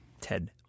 Ted